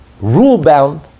rule-bound